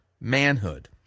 manhood